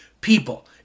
People